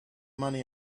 money